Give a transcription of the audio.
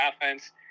offense